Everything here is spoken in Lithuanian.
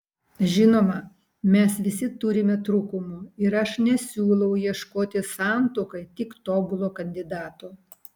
žinoma mes visi turime trūkumų ir aš nesiūlau ieškoti santuokai tik tobulo kandidato